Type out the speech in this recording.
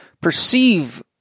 perceive